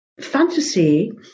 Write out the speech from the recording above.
fantasy